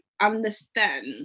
understand